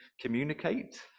communicate